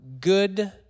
good